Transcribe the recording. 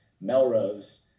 Melrose